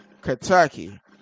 Kentucky